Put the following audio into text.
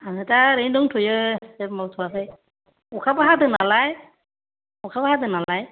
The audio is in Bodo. आंङो दा ओरैनो दंथ'यो जेबो मावथ'आखै अखाबो हादों नालाय अखाबो हादों नालाय